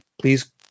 Please